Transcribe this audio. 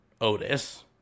Otis